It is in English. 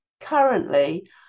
currently